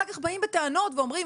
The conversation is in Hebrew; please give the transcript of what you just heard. אחר כך באים בטענות ואומרים,